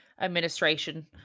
administration